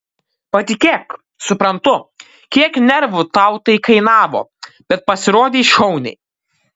patikėk suprantu kiek nervų tau tai kainavo bet pasirodei šauniai